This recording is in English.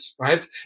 right